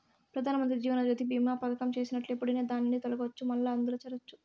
పెదానమంత్రి జీవనజ్యోతి బీమా పదకం చేసినట్లు ఎప్పుడైనా దాన్నిండి తొలగచ్చు, మల్లా అందుల చేరచ్చు